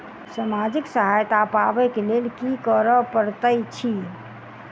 सामाजिक सहायता पाबै केँ लेल की करऽ पड़तै छी?